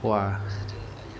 !wah!